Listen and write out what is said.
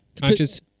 Conscious